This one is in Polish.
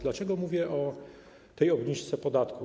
Dlaczego mówię o tej obniżce podatku?